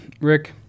Rick